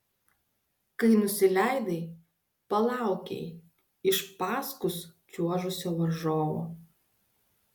kai nusileidai palaukei iš paskus čiuožusio varžovo